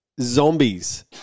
Zombies